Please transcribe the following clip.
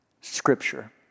Scripture